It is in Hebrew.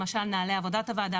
למשל נהלי עבודת הוועדה,